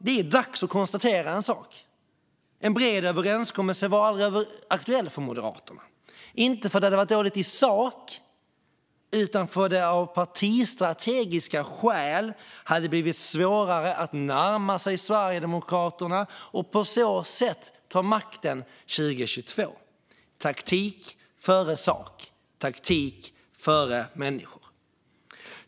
Det är dags att konstatera att en bred överenskommelse aldrig var aktuell för Moderaterna, inte för att det skulle ha varit dåligt i sak utan därför att det av partistrategiska skäl hade blivit svårare att närma sig Sverigedemokraterna och på så sätt ta makten i förra årets val. Taktik gick före sak. Taktik gick före människor.